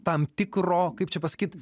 tam tikro kaip čia pasakyt